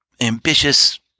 ambitious